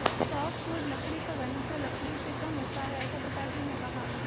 softwood लकड़ी का घनत्व लकड़ी से कम होता है ऐसा पिताजी ने कहा